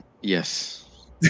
Yes